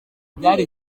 byari